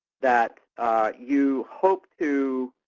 that you hope to